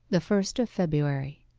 the first of february